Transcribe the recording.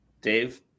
Dave